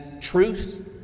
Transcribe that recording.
truth